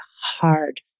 hard